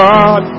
God